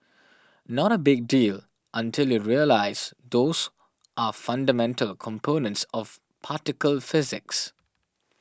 not a big deal until you realise those are fundamental components of particle physics